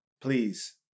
Please